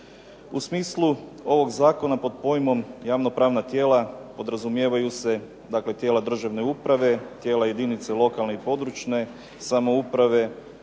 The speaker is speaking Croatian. U smislu ovog zakona pod pojmom javnopravna tijela podrazumijevaju se dakle tijela državne uprave, tijela jedinica lokalne i područne samouprave,